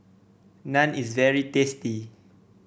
Naan is very tasty